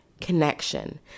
Connection